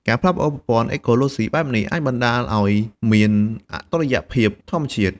ការផ្លាស់ប្តូរប្រព័ន្ធអេកូឡូស៊ីបែបនេះ អាចបណ្តាលឲ្យមានអតុល្យភាពធម្មជាតិ។